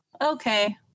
okay